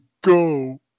go